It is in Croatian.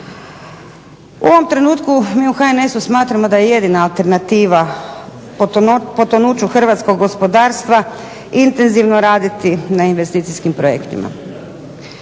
U ovom trenutku mi u HNS-u smatramo da je jedina alternativa potonuću hrvatskog gospodarstva intenzivno raditi na investicijskim projektima.